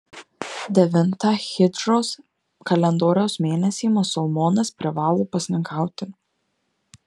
devintą hidžros kalendoriaus mėnesį musulmonas privalo pasninkauti